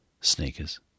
sneakers